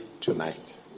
tonight